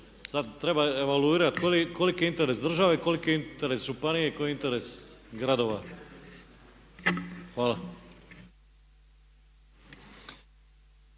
sad treba evaluirati koliki je interes države i koliki je interes županije i koji je interes gradova. Hvala.